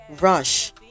rush